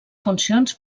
funcions